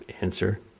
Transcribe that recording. answer